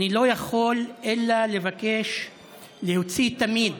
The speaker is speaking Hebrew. אני לא יכול אלא לבקש להוציא תמיד